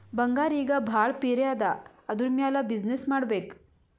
ಬಂಗಾರ್ ಈಗ ಭಾಳ ಪಿರೆ ಅದಾ ಅದುರ್ ಮ್ಯಾಲ ಬಿಸಿನ್ನೆಸ್ ಮಾಡ್ಬೇಕ್